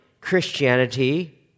Christianity